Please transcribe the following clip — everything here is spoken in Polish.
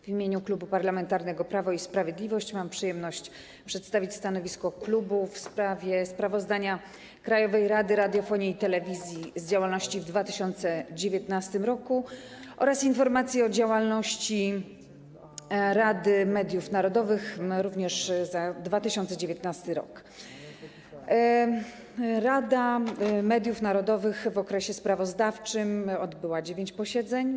W imieniu Klubu Parlamentarnego Prawo i Sprawiedliwość mam przyjemność przedstawić stanowisko klubu w sprawie sprawozdania Krajowej Rady Radiofonii i Telewizji z działalności w 2019 r. oraz informacji o działalności Rady Mediów Narodowych również za 2019 r. Rada Mediów Narodowych w okresie sprawozdawczym odbyła dziewięć posiedzeń.